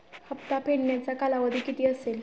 हप्ता फेडण्याचा कालावधी किती असेल?